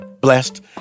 blessed